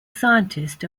scientist